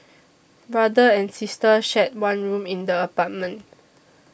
brother and sister shared one room in the apartment